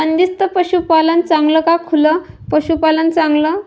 बंदिस्त पशूपालन चांगलं का खुलं पशूपालन चांगलं?